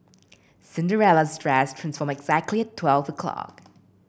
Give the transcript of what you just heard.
Cinderella's dress transformed exactly twelve O clock